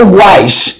wise